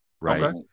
Right